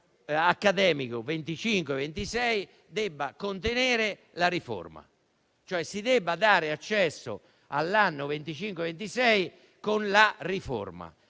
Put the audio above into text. accademico 2025-2026 debba contenere la riforma, e cioè si debba dare accesso all'anno 2025-2026 con la riforma: